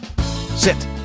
Sit